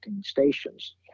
stations